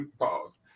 Pause